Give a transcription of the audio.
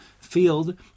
field